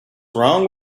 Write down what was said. wrong